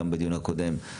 גם בדיון הקודם,